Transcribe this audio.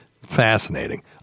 Fascinating